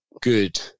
good